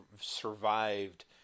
survived